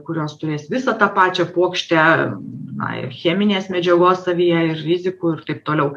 kurios turės visą tą pačią puokštę na ir cheminės medžiagos savyje ir rizikų ir taip toliau